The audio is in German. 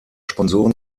sponsoren